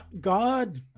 god